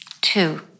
Two